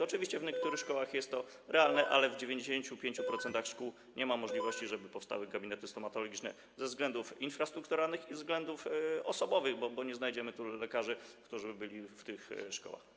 Oczywiście w niektórych szkołach jest to realne, ale w 95% szkół nie ma możliwości, żeby powstały gabinety stomatologiczne - ze względów infrastrukturalnych i ze względów osobowych, bo nie znajdziemy tylu lekarzy, którzy byliby w tych szkołach.